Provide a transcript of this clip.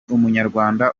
umunyarwanda